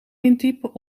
intypen